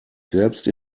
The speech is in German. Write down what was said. selbst